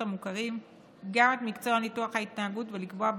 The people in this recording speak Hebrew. המוכרים את מקצוע ניתוח ההתנהגות ולקבוע,